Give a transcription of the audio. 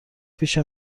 پیش